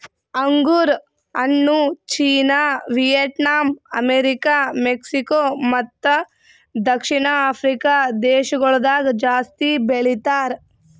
ಅಂಗುರ್ ಹಣ್ಣು China, Vietnam, America, Mexico ಮತ್ತ ದಕ್ಷಿಣ ಆಫ್ರಿಕಾ ದೇಶಗೊಳ್ದಾಗ್ ಜಾಸ್ತಿ ಬೆಳಿತಾರ್